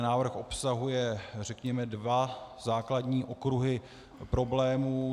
Návrh obsahuje, řekněme, dva základní okruhy problémů.